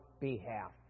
behalf